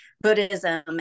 Buddhism